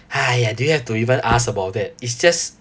!aiya! do you have to even ask about that it's just